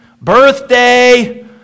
birthday